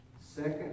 second